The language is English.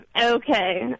Okay